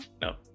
No